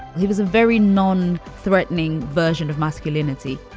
he was a very non threatening version of masculinity.